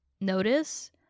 notice